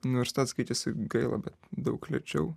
universitetas keičiasi gaila bet daug lėčiau